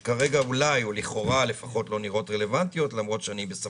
הוא נכשל בעיקר מכיוון שהיו דירות